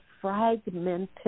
fragmented